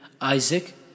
Isaac